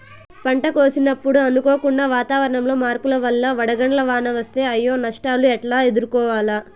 పంట కోసినప్పుడు అనుకోకుండా వాతావరణంలో మార్పుల వల్ల వడగండ్ల వాన వస్తే అయ్యే నష్టాలు ఎట్లా ఎదుర్కోవాలా?